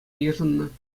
йышӑннӑ